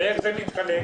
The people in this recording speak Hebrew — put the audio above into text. ואיך זה מתחלק?